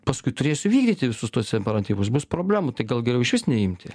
paskui turėsiu vykdyti visus tuos imperatyvus bus problemų tai gal geriau išvis neimti